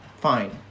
Fine